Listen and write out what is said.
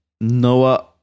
Noah